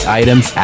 items